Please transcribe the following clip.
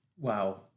Wow